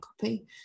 copy